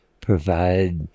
provide